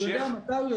אני יכול לענות.